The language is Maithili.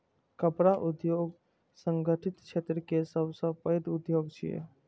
कपड़ा उद्योग संगठित क्षेत्र केर सबसं पैघ उद्योग छियै